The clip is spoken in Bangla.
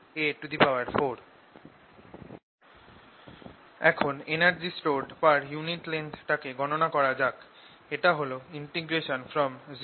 B2πr µ0I2ar2 B µ02πar energy stored per unit volume 12µo µ02r242a4 µ0r282a4 এখন energy stored per unit length টাকে গণনা করা যাক এটা হল 0aµ0r282a42πrdr